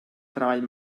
treball